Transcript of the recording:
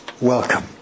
welcome